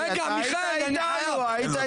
רפי, אתה היית איתנו.